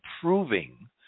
proving